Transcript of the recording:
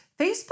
Facebook